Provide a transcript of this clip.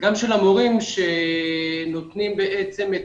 גם של המורים שנותנים בעצם,